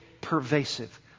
pervasive